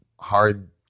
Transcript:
hard